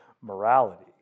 morality